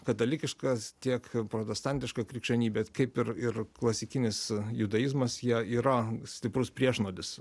katalikiškas tiek protestantiška krikščionybė kaip ir ir klasikinis judaizmas jie yra stiprus priešnuodis